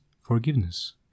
forgiveness